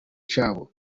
cyabo